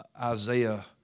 Isaiah